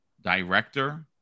director